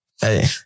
hey